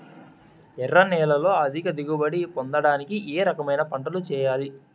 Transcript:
ఎర్ర నేలలో అధిక దిగుబడి పొందడానికి ఏ రకమైన పంటలు చేయాలి?